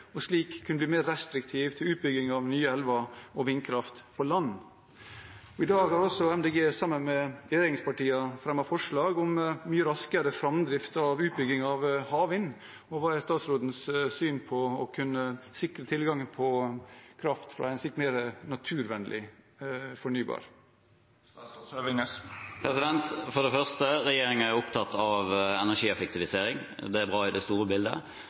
og slik kunne bli mer restriktiv til utbygging av nye elver og vindkraft på land? I dag har Miljøpartiet De Grønne sammen med regjeringspartiene fremmet forslag om mye raskere framdrift av utbygging av havvind. Hva er statsrådens syn på å kunne sikre tilgangen på kraft fra en slik mer naturvennlig fornybar kilde? For det første: Regjeringen er opptatt av energieffektivisering. Det er bra i det store bildet.